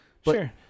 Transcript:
Sure